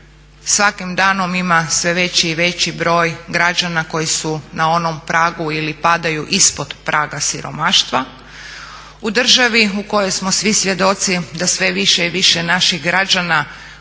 svakim danom ima sve veći i veći broj građana koji su na onom pragu ili padaju ispod praga siromaštva, u državi u kojoj smo svi svjedoci da sve više i više naših građana